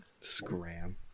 scram